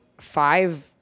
five